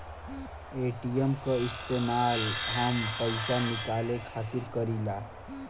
ATM क इस्तेमाल हम पइसा निकाले खातिर करीला